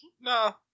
No